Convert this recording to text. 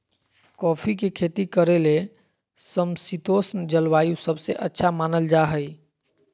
coffee के खेती करे ले समशितोष्ण जलवायु सबसे अच्छा मानल जा हई